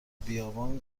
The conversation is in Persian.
بیابان